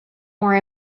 more